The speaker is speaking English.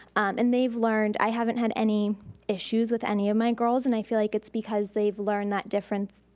and they've learned, i haven't had any issues with any of my girls and i feel like it's because they've learned that difference,